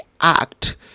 act